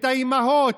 את האימהות,